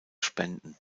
spenden